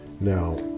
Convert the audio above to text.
Now